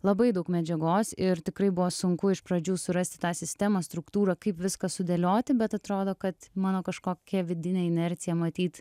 labai daug medžiagos ir tikrai buvo sunku iš pradžių surasti tą sistemos struktūrą kaip viską sudėlioti bet atrodo kad mano kažkokia vidinė inercija matyt